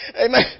Amen